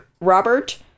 Robert